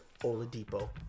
Oladipo